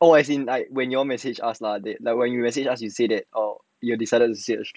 oh as in like when you all message us lah they like what you message us you said it or you decided to straight you know